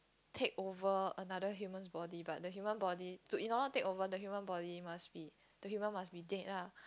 take over another human's body but the human body to in order to take over the human body must be the human must be dead lah